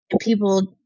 people